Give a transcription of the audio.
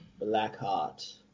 Blackheart